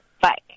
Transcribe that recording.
bye